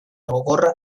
gogorra